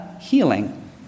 healing